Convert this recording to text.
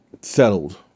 settled